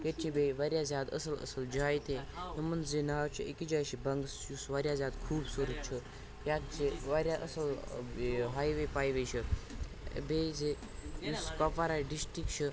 ییٚتہِ چھِ بیٚیہِ واریاہ زیادٕ اصٕل اصٕل جایہِ تہِ یِمَن زِ ناو چھُ أکِس جایہِ چھِ بَنگٕس یُس واریاہ زیادٕ خوٗبصوٗرت چھُ یَتھ چھِ واریاہ اصٕل ہاے وے پاے وے چھِ بیٚیہِ زِ یُس کُپوارا ڈِسٹِرٛک چھُ